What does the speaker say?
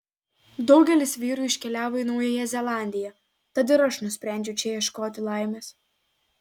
daugelis vyrų iškeliavo į naująją zelandiją tad ir aš nusprendžiau čia ieškoti laimės